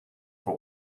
for